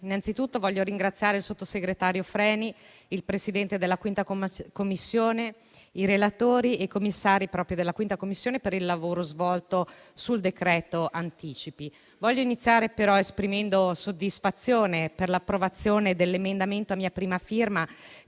innanzitutto ringraziare il sottosegretario Freni, il Presidente della 5a Commissione, i relatori e i membri della Commissione bilancio per il lavoro svolto sul decreto anticipi. Tengo a iniziare esprimendo soddisfazione per l'approvazione dell'emendamento a mia prima firma,